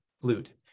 flute